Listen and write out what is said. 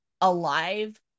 alive